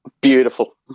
Beautiful